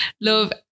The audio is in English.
love